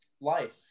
life